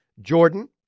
Jordan